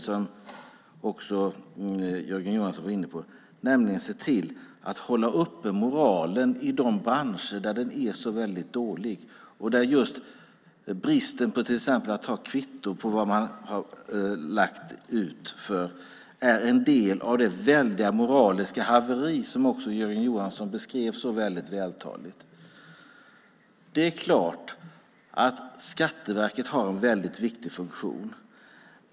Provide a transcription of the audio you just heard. Som Jörgen Johansson också var inne på kan vi se till att hålla moralen uppe i de branscher där den är så väldigt dålig och där bristen på att till exempel ta kvitto på vad man har lagt ut är en del av det moraliska haveri som Jörgen Johansson beskrev så vältaligt. Det är klart att Skatteverket har en viktig funktion.